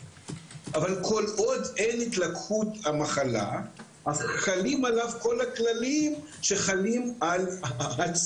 אבל יש עוד 12 רופאים שנותנים מענה